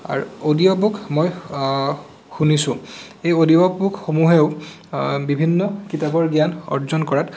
আৰু audio book মই শুনিছোঁ এই অডিঅ' বুক সমূহেও বিভিন্ন কিতাপৰ জ্ঞান অৰ্জন কৰাত